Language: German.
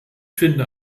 finde